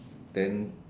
then